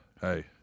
hey